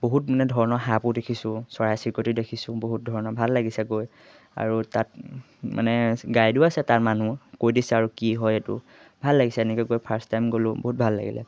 বহুত মানে ধৰণৰ সাপো দেখিছোঁ চৰাই চিৰিকটি দেখিছোঁ বহুত ধৰণৰ ভাল লাগিছে গৈ আৰু তাত মানে গাইডো আছে তাৰ মানুহ কৈ দিছে আৰু কি হয় এইটো ভাল লাগিছে এনেকে গৈ ফাৰ্ষ্ট টাইম গ'লোঁ বহুত ভাল লাগিলে